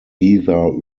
either